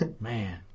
Man